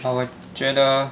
but 我觉得